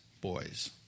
boys